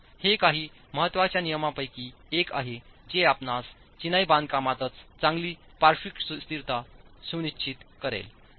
तर हे काही महत्त्वाच्या नियमांपैकी एक आहे जे आपणास चिनाई बांधकामातच चांगली पार्श्विक स्थिरता सुनिश्चित करेल